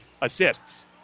assists